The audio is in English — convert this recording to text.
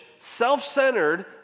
self-centered